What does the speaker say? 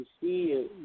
see